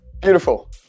Beautiful